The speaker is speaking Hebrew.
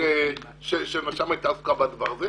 כשנש"מ עסקה בדבר הזה.